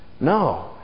No